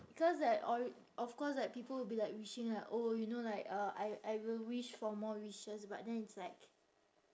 cause like or~ of course like people will be like wishing like oh you know like uh I I will wish for more wishes but then it's like